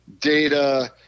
data